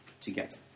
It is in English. together